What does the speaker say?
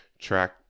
track